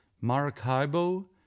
Maracaibo